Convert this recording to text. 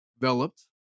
developed